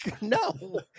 No